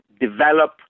develop